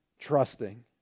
trusting